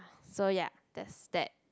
so ya there's that